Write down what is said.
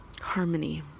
harmony